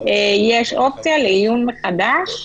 יש אופציה לעיון מחדש,